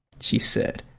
she said.